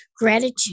gratitude